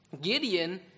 Gideon